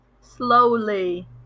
Slowly